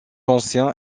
ancien